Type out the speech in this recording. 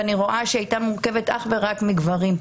ואני רואה שהוא היה מורכב אך ורק מגברים.